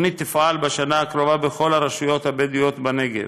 התוכנית תפעל בשנה הקרובה בכל הרשויות הבדואיות בנגב.